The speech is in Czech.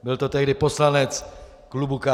Byl to tehdy poslanec klubu KSČM.